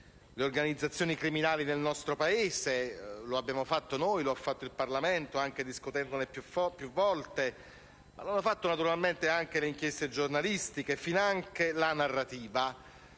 le organizzazioni criminali del nostro Paese; lo abbiamo fatto noi e lo ha fatto il Parlamento, anche discutendone più volte; lo hanno fatto, naturalmente, anche le inchieste giornalistiche e finanche la narrativa.